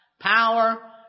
power